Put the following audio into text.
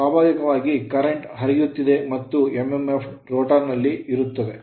ಸ್ವಾಭಾವಿಕವಾಗಿ current ಪ್ರವಾಹವು ಹರಿಯುತ್ತದೆ ಮತ್ತು mmf ರೋಟರ್ ನಲ್ಲಿ ಇರುತ್ತದೆ